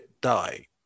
die